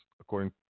according